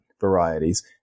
varieties